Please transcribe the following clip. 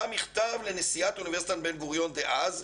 מכתב לנשיאת אוניברסיטת בן גוריון דאז,